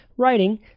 writing